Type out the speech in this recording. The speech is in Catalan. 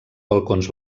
balcons